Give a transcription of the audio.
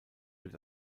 wird